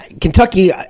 Kentucky –